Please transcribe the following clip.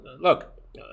look